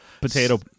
Potato